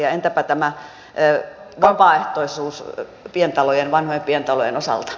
ja entäpä tämä vapaaehtoisuus vanhojen pientalojen osalta